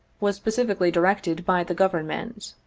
was specifically directed by the government.